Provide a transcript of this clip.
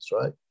right